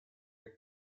take